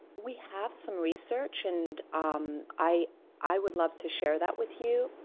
we have some research, and um i i would love to share that with you.